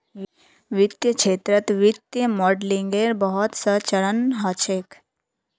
वित्तीय क्षेत्रत वित्तीय मॉडलिंगेर बहुत स चरण ह छेक